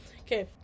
okay